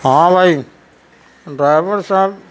ہاں بھائی ڈرائیور صاحب